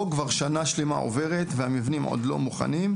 פה כבר שנה שלמה עוברת והמבנים עוד לא מוכנים,